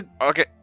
Okay